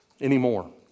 anymore